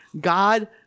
God